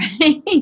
right